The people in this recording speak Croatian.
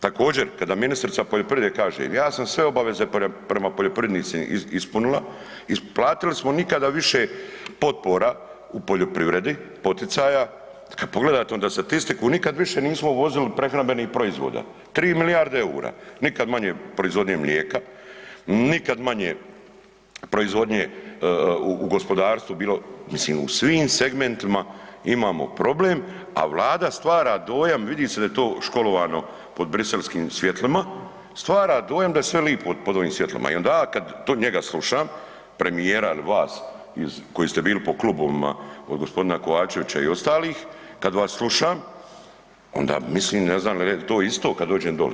Također kada ministrica poljoprivrede kaže ja sam sve obaveze prema poljoprivrednicima ispunila, isplatiti smo nikada više potpora u poljoprivredi, poticaja, kad pogledate onda statistiku nikad više nismo uvozili prehrambenih proizvoda, 3 milijarde EUR-a, nikad manje proizvodnje mlijeka, nikad manje proizvodnje u gospodarstvu bilo, mislim u svim segmentima imamo problem, a Vlada stvara dojam vidi se da je to školovano pod Bruxelleskim svjetlima, stvara dojam da je sve lipo pod ovom svjetlima i onda ja kad to njega slušam, premijera il vas koji ste bili po klubovima od gospodina Kovačevića i ostalih kad vas slušam onda mislim ne znam jel to isto kad dođem doli.